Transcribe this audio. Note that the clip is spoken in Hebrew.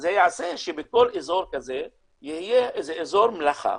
זה יעשה שבכל אזור כזה יהיה אזור מלאכה